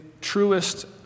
truest